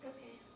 Okay